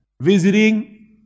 Visiting